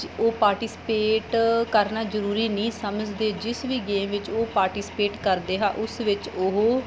ਉਹ ਪਾਰਟੀਸਪੇਟ ਕਰਨਾ ਜ਼ਰੂਰੀ ਨਹੀਂ ਸਮਝਦੇ ਜਿਸ ਵੀ ਗੇਮ ਵਿੱਚ ਉਹ ਪਾਰਟੀਸਪੇਟ ਕਰਦੇ ਆ ਉਸ ਵਿੱਚ ਉਹ